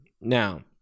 Now